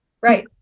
Right